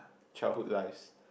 childhood lives